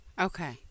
Okay